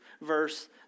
verse